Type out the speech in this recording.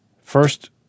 first